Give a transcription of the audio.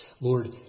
Lord